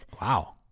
Wow